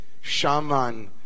Shaman